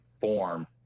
form